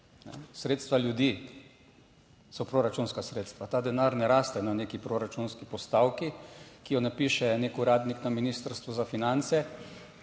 sredstva ljudi so proračunska sredstva. Ta denar ne raste na neki proračunski postavki, ki jo napiše nek uradnik na Ministrstvu za finance